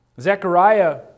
Zechariah